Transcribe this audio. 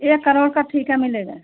एक करोड़ का ठेका मिलेगा